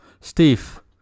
steve